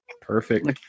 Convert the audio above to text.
perfect